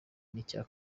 n’icya